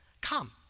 come